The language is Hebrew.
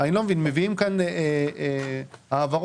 אדוני היושב ראש,